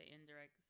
indirect